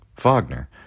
Wagner